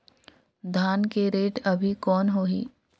धान के रेट अभी कौन होही?